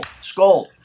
Skull